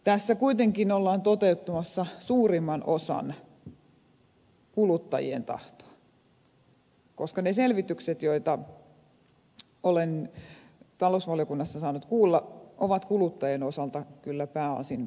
tässä kuitenkin ollaan toteuttamassa kuluttajista suurimman osan tahtoa koska ne selvitykset joita olen talousvaliokunnassa saanut kuulla ovat kuluttajien osalta kyllä pääosin positiivisia